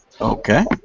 okay